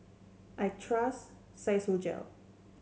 I trust Physiogel